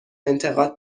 انتقاد